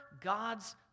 God's